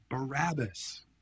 Barabbas